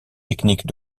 techniques